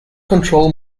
control